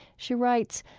she writes,